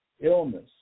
illness